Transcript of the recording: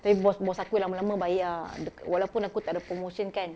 tapi boss boss aku lama-lama bayar dekat walaupun aku tak ada promotion kan